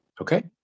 Okay